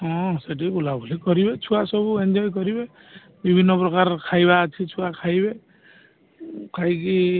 ହଁ ସେଠି ବୁଲା ବୁଲି କରିବେ ଛୁଆ ସବୁ ଏନ୍ଜୟ କରିବେ ବିଭିନ୍ନପ୍ରକାରର ଖାଇବା ଅଛି ଛୁଆ ଖାଇବେ ଖାଇକି